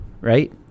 right